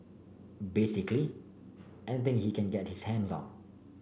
basically anything he can get his hands on